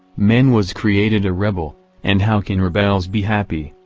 man was created a rebel and how can rebels be happy?